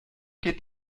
geht